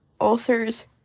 ulcers